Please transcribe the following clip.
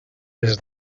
les